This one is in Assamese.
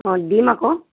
অঁ দিম আকৌ